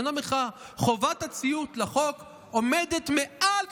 חובת הציות לחוק עומדת" מעל הכול.